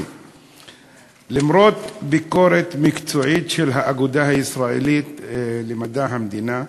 למרות ביקורת מקצועית של האגודה הישראלית למדע המדינה,